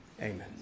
amen